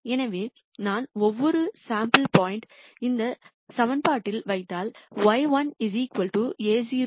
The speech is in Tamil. எனவே நான் ஒவ்வொரு சேம்பிள் பாயின்ட்ஸ்களையும் இந்த சமன்பாட்டில் வைத்தால்